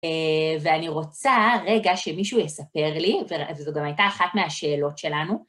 ואני רוצה רגע שמישהו יספר לי, וזו גם הייתה אחת מהשאלות שלנו.